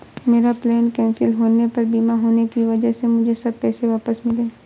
मेरा plane cancel होने पर बीमा होने की वजह से मुझे सब पैसे वापस मिले